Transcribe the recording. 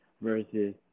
versus